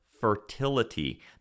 fertility